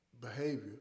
behavior